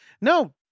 no